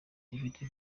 dufite